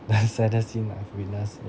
the saddest scene I've witnessed